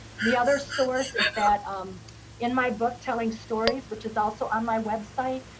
the other source is that um in my book, telling stories, which is also on my website,